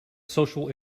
social